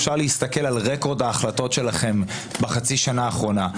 אפשר להסתכל על רקורד ההחלטות שלכם בחצי השנה האחרונה,